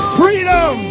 freedom